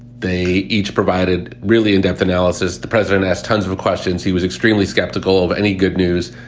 they each provided really in-depth analysis. the president has tons of of questions. he was extremely skeptical of any good news.